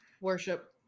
worship